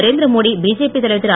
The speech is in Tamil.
நரேந்திரமோடி பிஜேபி தலைவர் திரு